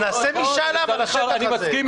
אז נעשה משאל עם על השטח הזה.